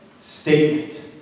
statement